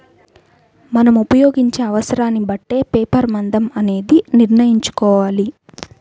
మనం ఉపయోగించే అవసరాన్ని బట్టే పేపర్ మందం అనేది నిర్ణయించుకోవాలి